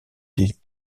des